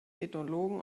ethnologen